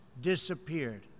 disappeared